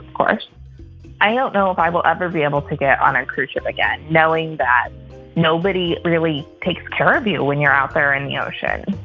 i don't know if i will ever be able to get on a cruise ship again knowing that nobody really takes care of you when you're out there in the ocean